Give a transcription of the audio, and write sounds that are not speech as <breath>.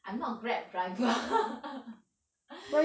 I'm not grab driver <laughs> <breath>